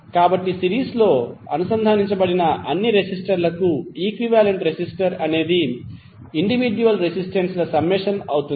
కాబట్టి సిరీస్లో అనుసంధానించబడిన అన్ని రెసిస్టర్లకు ఈక్వివాలెంట్ రెసిస్టెన్స్ అనేది ఇండివిడ్యుయల్ రెసిస్టెన్స్ ల సమ్మేషన్ అవుతుంది